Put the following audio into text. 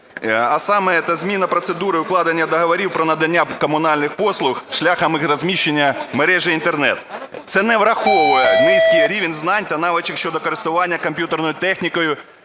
А саме, це зміна процедури укладення договорів про надання комунальних послуг шляхом їх розміщення мережею Інтернет. Це не враховує низький рівень знань та навичок щодо користування комп'ютерною технікою